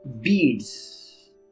beads